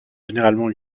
généralement